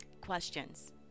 Questions